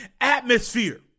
atmosphere